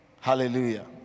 Hallelujah